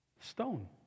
Stone